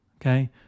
Okay